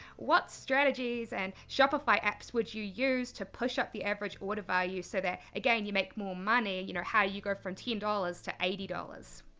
what strategies and shopify apps would you use to push up the average order value so that, again, you make more money, you know, how you grow from ten dollars to eighty dollars?